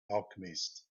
alchemist